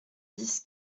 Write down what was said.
dix